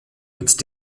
mit